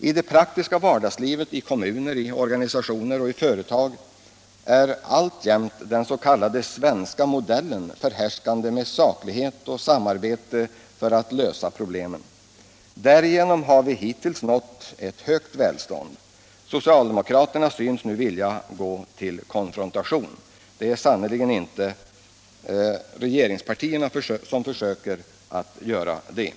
I det praktiska vardagslivet i kommuner, i organisationer och i företag är alltjämt den s.k. svenska modellen förhärskande med saklighet och samarbete för att lösa problemen. Därigenom har vi hittills nått ett högt välstånd. Socialdemokraterna synes nu vilja gå konfrontationens väg. Det är sannerligen inte regeringspartierna som försöker åstadkomma konfrontation.